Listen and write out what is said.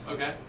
Okay